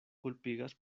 kulpigas